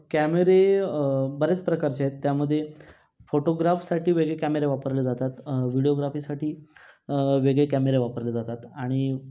कॅमेरे बरेच प्रकारचे आहेत त्यामध्ये फोटोग्राफसाठी वेगळे कॅमेरे वापरले जातात व्हिडिओग्राफीसाठी वेगळे कॅमेरे वापरले जातात आणि